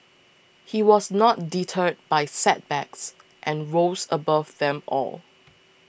he was not deterred by setbacks and rose above them all